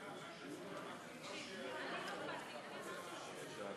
קצת שקט אחרי הסערה, וניכנס לנושא שהוא